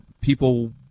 people